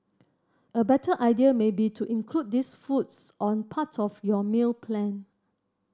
a better idea may be to include these foods on part of your meal plan